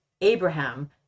Abraham